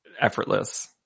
effortless